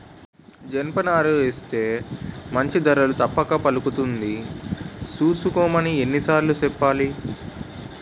జనపనారేస్తే మంచి ధర తప్పక పలుకుతుంది సూసుకోమని ఎన్ని సార్లు సెప్పాలి?